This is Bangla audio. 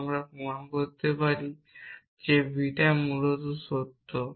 বা আমরা প্রমাণ করতে পারি যে বিটা মূলত সত্য